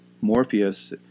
Morpheus